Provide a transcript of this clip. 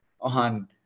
on